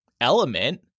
element